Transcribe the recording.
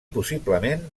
possiblement